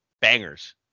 Bangers